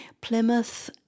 Plymouth